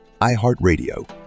iHeartRadio